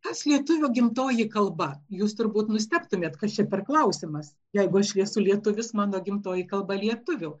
kas lietuvių gimtoji kalba jūs turbūt nustebtumėt kas čia per klausimas jeigu aš esu lietuvis mano gimtoji kalba lietuvių